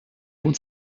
uns